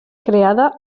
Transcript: creada